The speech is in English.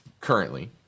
currently